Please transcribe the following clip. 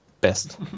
best